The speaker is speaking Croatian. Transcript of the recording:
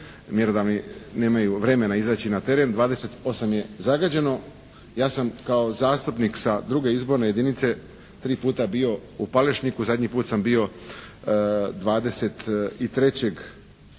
mjerodavni nemaju vremena izaći na teren. 28 je zagađeno. Ja sam kao zastupnik sa druge izborne jedinice tri puta bio u Palešniku. Zadnji put sam bio 23.lipnja.